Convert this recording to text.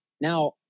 Now